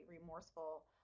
remorseful